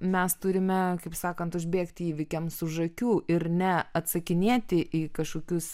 mes turime kaip sakant užbėgti įvykiams už akių ir ne atsakinėti į kažkokius